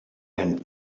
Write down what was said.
and